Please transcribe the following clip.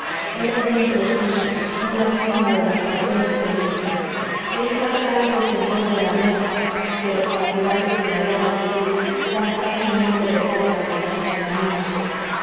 era yo un proscrito una víctima de las pasiones políticas e iba tal vez en pos de la muerte que los partidarios en la guerra civil tan fácilmente decretan contra sus enemigos ese